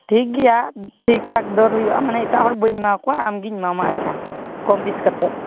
ᱴᱷᱤᱠᱜᱮᱭᱟ ᱴᱷᱤᱠᱼᱴᱷᱟᱠ ᱫᱚᱨ ᱦᱩᱭᱩᱜᱼᱟ ᱢᱟᱱᱮ ᱮᱴᱟᱜ ᱦᱚᱲ ᱵᱟᱹᱧ ᱮᱢᱟᱣᱟᱠᱚᱣᱟ ᱟᱢᱜᱤᱧ ᱮᱢᱟᱢᱟ ᱟᱪᱪᱷᱟ ᱠᱚᱢ ᱵᱤᱥᱤ ᱠᱟᱛᱮᱫ